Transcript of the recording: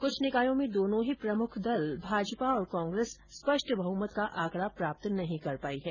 कुछ निकायों में दोनो ही प्रमुख दल भाजपा और कांग्रेस स्पष्ट बहमत का आंकडा प्राप्त नहीं कर पाये है